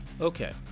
Okay